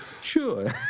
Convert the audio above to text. Sure